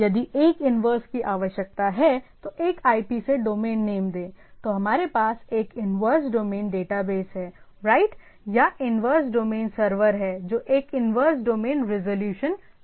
यदि एक इन्वर्स की आवश्यकता है तो एक IP से डोमेन नेम दें तो हमारे पास एक इन्वर्स डोमेन डेटाबेस है राइट या इन्वर्स डोमेन सर्वर है जो एक इन्वर्स डोमेन रिज़ॉल्यूशन करता है